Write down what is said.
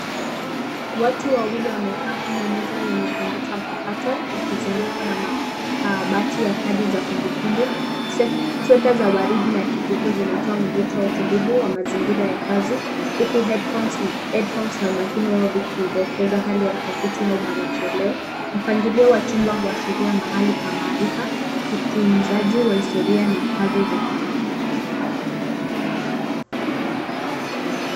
Watu wawili wamekaa kwenye meza yenye komputa mpakato wakizungukwa na makabati ya kadi za kumbukumbu, sweta za waridi na kijivu zinatoa mvuto au utulivu wa kazi huku headphones na umakini wao vikidokeza hali ya watafiti au marejeleo, mpangilio wa chumba huashiria mahali pa maarifa, utunzaji wa historia na kazi za kitaalamu.